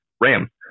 RAM